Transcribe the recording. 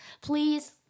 please